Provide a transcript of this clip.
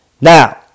Now